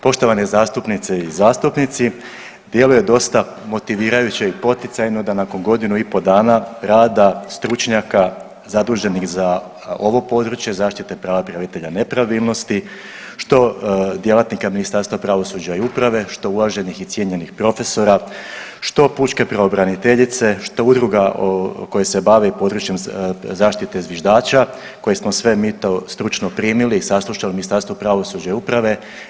Poštovane zastupnice i zastupnici djeluje dosta motivirajuće i poticajno da nakon godinu i po dana rada stručnjaka zaduženih za ovo područje zaštite prava prijavitelja nepravilnosti, što djelatnika Ministarstva pravosuđa i uprave, što uvaženih i cijenjenih profesora, što pučke pravobraniteljice, što udruga koje se bave i područjem zaštite zviždača koje smo sve mi to stručno primili i saslušali u Ministarstvu pravosuđa i uprave.